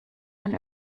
man